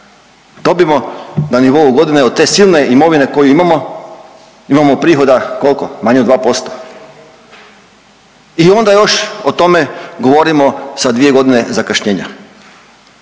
Dobimo na nivou godine od te silne imovine koju imamo, imamo prihoda, koliko, manje od 2% i onda još o tome govorimo sa 2 godine zakašnjenja.